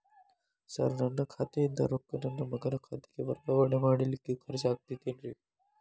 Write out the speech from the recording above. Sir ನನ್ನ ಖಾತೆಯಿಂದ ರೊಕ್ಕ ನನ್ನ ಮಗನ ಖಾತೆಗೆ ವರ್ಗಾವಣೆ ಮಾಡಲಿಕ್ಕೆ ಖರ್ಚ್ ಆಗುತ್ತೇನ್ರಿ?